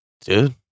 Dude